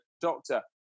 doctor